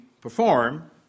perform